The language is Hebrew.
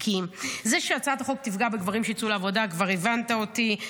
כי זה שהצעת החוק תפגע בגברים שיצאו לעבודה כבר הבנת אותי,